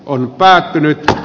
on päättynyt